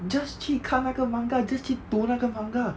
just 去看那个 manga just 去读那个 manga